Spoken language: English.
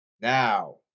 Now